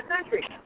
country